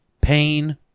pain